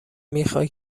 میخای